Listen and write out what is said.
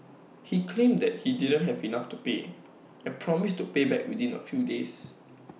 he claimed that he didn't have enough to pay and promised to pay back within A few days